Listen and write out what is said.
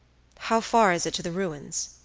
how far is it to the ruins?